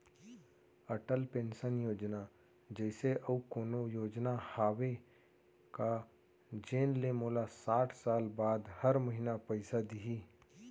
Atal pension योजना जइसे अऊ कोनो योजना हावे का जेन ले मोला साठ साल बाद हर महीना पइसा दिही?